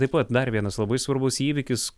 taip pat dar vienas labai svarbus įvykis